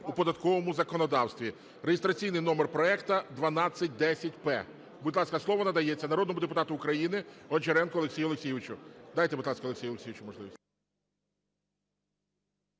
у податковому законодавстві (реєстраційний номер проекту 1210-П). Будь ласка, слово надається народному депутату України Гончаренку Олексію Олексійовичу. Дайте, будь ласка, Олексію Олексійовичу можливість.